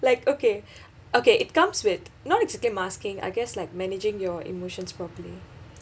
like okay okay it comes with not exactly masking I guess like managing your emotions properly